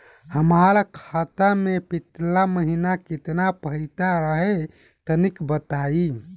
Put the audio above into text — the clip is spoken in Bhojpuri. हमरा खाता मे पिछला महीना केतना पईसा रहे तनि बताई?